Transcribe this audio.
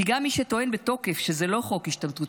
כי גם מי שטוען בתוקף שזה לא חוק השתמטות